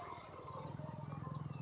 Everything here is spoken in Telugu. నా రుణాలు కాకపోతే ఏమి చేయాలి?